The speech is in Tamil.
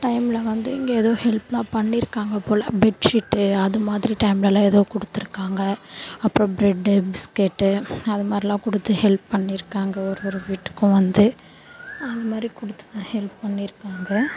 டைமில் வந்து இங்கே எதுவும் ஹெல்ப்லாம் பண்ணியிருக்காங்க போல் பெட்ஷீட்டு அது மாதிரி டைமிலலாம் ஏதோ கொடுத்துருக்காங்க அப்புறம் ப்ரெட்டு பிஸ்க்கெட்டு அதுமாதிரிலாம் கொடுத்து ஹெல்ப் பண்ணியிருக்காங்க ஒரு ஒரு வீட்டுக்கும் வந்து அந்தமாதிரி கொடுத்துதான் ஹெல்ப் பண்ணியிருக்காங்க